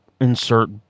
insert